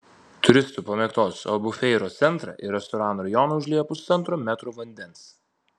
turistų pamėgtos albufeiros centrą ir restoranų rajoną užliejo pusantro metro vandens